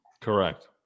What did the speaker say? Correct